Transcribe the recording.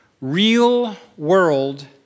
real-world